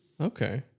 Okay